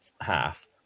half